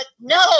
no